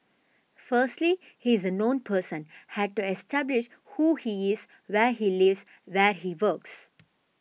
firstly he is a known person had to establish who he is where he lives where he works